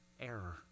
error